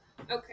Okay